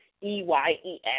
E-Y-E-S